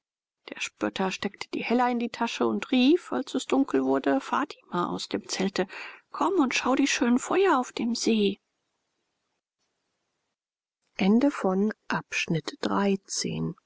der spötter steckte die heller in die tasche und rief als es dunkel wurde fatima aus dem zelte komm und schau die schönen feuer auf dem see